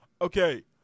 Okay